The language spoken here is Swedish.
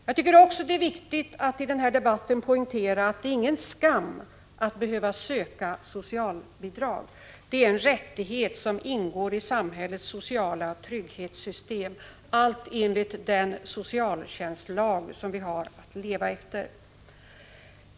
Det är också viktigt att i den här debatten poängtera att det inte är någon skam att behöva söka socialbidrag — det är en rättighet som ingår i samhällets sociala trygghetssystem, allt enligt socialtjänstlagen.